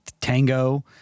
tango